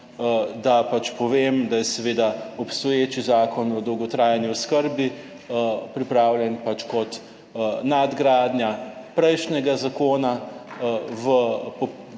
da pač povem, da je seveda obstoječi Zakon o dolgotrajni oskrbi pripravljen pač kot nadgradnja prejšnjega zakona v bi